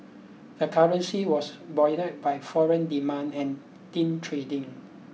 the currency was buoyed by foreign demand and thin trading